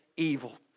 evil